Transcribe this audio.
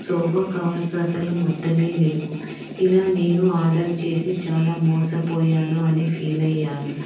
sofa covers అసలు మొత్తమే లేవు ఇలా నేను ఆర్డర్ చేసి చాలా మోసపోయాను అని ఫీల్ అయ్యాను